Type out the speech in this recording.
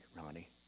Ronnie